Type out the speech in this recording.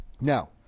now